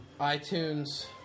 iTunes